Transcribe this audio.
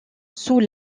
sous